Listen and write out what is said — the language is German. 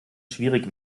schwierig